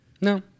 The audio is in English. No